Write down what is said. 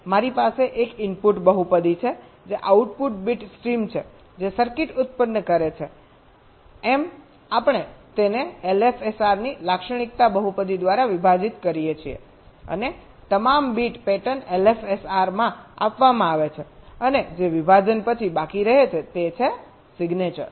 તેથી મારી પાસે એક ઇનપુટ બહુપદી છે જે આઉટપુટ બીટ સ્ટ્રીમ છે જે સર્કિટ ઉત્પન્ન કરે છે અમે તેને LFSR ની લાક્ષણિકતા બહુપદી દ્વારા વિભાજીત કરીએ છીએ અને તમામ બીટ પેટર્ન LFSR માં આપવામાં આવે છે અને જે વિભાજન પછી બાકી રહે તે છે સિગ્નેચર